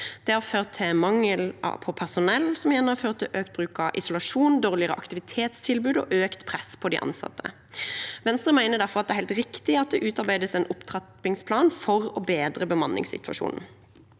igjen har ført til økt bruk av isolasjon, dårligere aktivitetstilbud og økt press på de ansatte. Venstre mener derfor at det er helt riktig at det utarbeides en opptrappingsplan for å bedre bemanningssituasjonen.